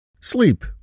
Sleep